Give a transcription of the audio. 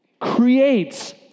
creates